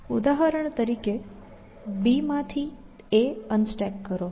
ઉદાહરણ તરીકે B માંથી A અનસ્ટેક કરો